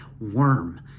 worm